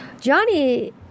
Johnny